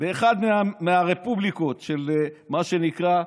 באחת מהרפובליקות, מה שנקרא,